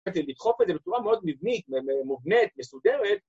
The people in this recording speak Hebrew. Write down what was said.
‫לדחוק את זה בצורה מאוד מבנית, ‫מובנית, מסודרת.